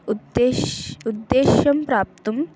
उद्देश् उद्देश्यं प्राप्तुम्